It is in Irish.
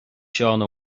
seán